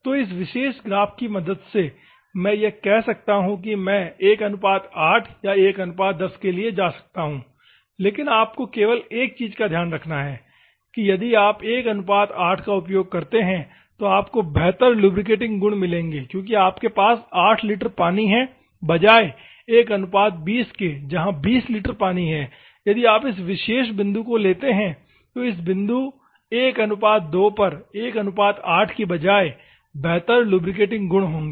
तो इस विशेष ग्राफ की मदद से मैं कह सकता हूं कि मैं 18 या 110 के लिए जा सकता हूं लेकिन आपको केवल एक चीज का ध्यान रखना है कि यदि आप 18 का उपयोग करते हैं तो आपको बेहतर लुब्रिकेटिंग गुण मिलेंगे क्योंकि आपके पास 8 लीटर पानी है बजाय 120 के जहा पानी 20 लीटर है यदि आप इस विशेष बिंदु को लेते हैं तो इस बिंदु 12 पर 18 के बजाय बेहतर लुब्रिकेटिंग गुण होंगे